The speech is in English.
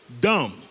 dumb